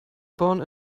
born